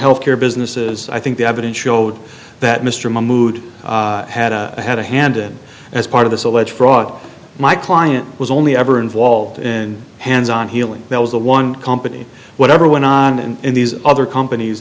health care businesses i think the evidence showed that mr mahmood had had a handed as part of this alleged fraud my client was only ever involved in hands on healing that was a one company whatever went on and these other companies